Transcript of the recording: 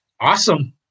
awesome